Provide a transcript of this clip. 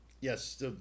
yes